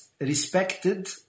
respected